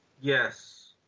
Yes